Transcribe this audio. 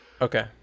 Okay